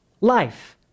life